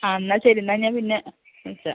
ആ എന്നാൽ ശരി എന്നാൽ ഞാൻ പിന്നെ വിളിക്കാം